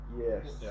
Yes